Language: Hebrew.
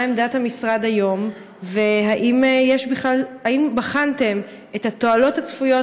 מהי עמדת משרד האוצר היום והאם בחנתם את התועלות הצפויות